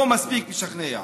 לא מספיק משכנע.